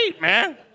man